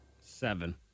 seven